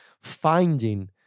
Finding